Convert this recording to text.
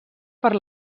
per